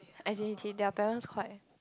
as in okay their parents quite